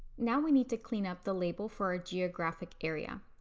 now we need to clean up the label for our geographic area.